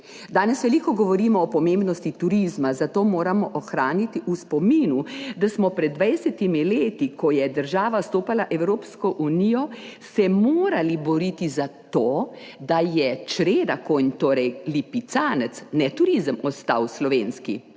Danes veliko govorimo o pomembnosti turizma, zato moramo ohraniti v spominu, da smo se pred 20 leti, ko je država vstopala v Evropsko unijo, morali boriti za to, da je čreda konj, torej lipicanec, ne turizem, ostal slovenski.